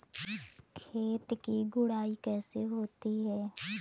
खेत की गुड़ाई कैसे होती हैं?